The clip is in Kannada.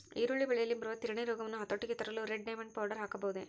ಈರುಳ್ಳಿ ಬೆಳೆಯಲ್ಲಿ ಬರುವ ತಿರಣಿ ರೋಗವನ್ನು ಹತೋಟಿಗೆ ತರಲು ರೆಡ್ ಡೈಮಂಡ್ ಪೌಡರ್ ಹಾಕಬಹುದೇ?